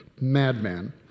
madman